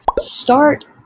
start